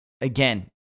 again